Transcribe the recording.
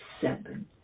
seven